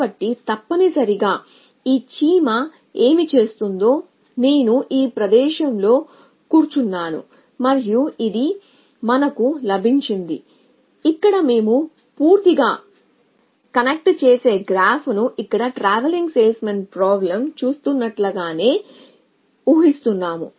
కాబట్టి తప్పనిసరిగా ఈ చీమ ఏమి చేస్తుందో నేను ఈ ప్రదేశంలో కూర్చున్నాను మరియు ఇది మనకు లభించిందిఇక్కడ మేము పూర్తిగా కనెక్ట్ చేసే గ్రాఫ్ను ఇక్కడ TSP చేస్తున్నట్లుగానే ఊహిస్తున్నాము